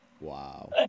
Wow